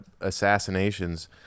assassinations